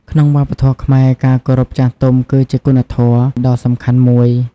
ក្នុងវប្បធម៌ខ្មែរ ការគោរពចាស់ទុំ គឺជាគុណធម៌ដ៏សំខាន់មួយ។